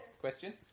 question